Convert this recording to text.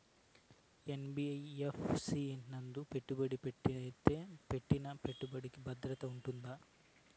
NBFC నందు పెట్టుబడి పెట్టినట్టయితే పెట్టిన పెట్టుబడికి భద్రంగా ఉంటుందా?